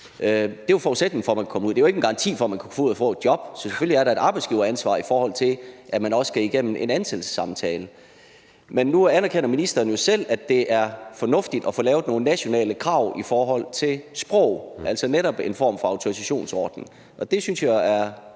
Det er forudsætningen for, at man kan komme ud, men det er jo ikke en garanti for, at man kan komme ud og få et job. Selvfølgelig er der et arbejdsgiveransvar, i forhold til at man også skal igennem en ansættelsessamtale. Men nu anerkender ministeren jo selv, at det er fornuftigt at få lavet nogle nationale krav i forhold til sprog, altså netop en form for autorisationsordning. Det synes jeg jo